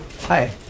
Hi